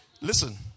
Listen